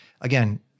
again